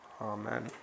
Amen